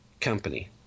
company